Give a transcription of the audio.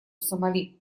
сомали